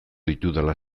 ditudala